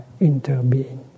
interbeing